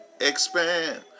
Expand